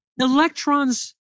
Electron's